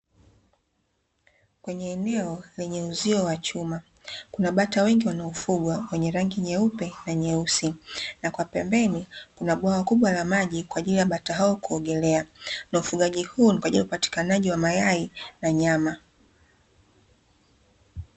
Kwenye eneo lenye uzio wa chuma, kuna bata wengi wanaofugwa wenye rangi nyeupe na nyeusi na kwa pembeni kuna bwawa kubwa la maji, kwa ajili ya bata hao kuogelea na ufugaji huo ni kwa ajili ya upatikanaji wa mayai na nyama.